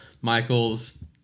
Michael's